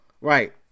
Right